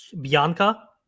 Bianca